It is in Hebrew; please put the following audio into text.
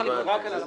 רק על אזרחי.